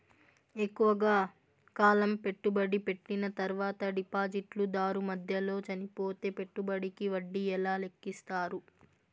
ఎక్కువగా కాలం పెట్టుబడి పెట్టిన తర్వాత డిపాజిట్లు దారు మధ్యలో చనిపోతే పెట్టుబడికి వడ్డీ ఎలా లెక్కిస్తారు?